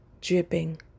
dripping